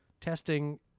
testing